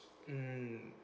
mm